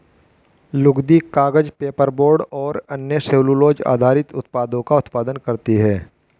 लुगदी, कागज, पेपरबोर्ड और अन्य सेलूलोज़ आधारित उत्पादों का उत्पादन करती हैं